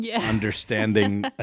understanding